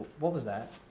what was that?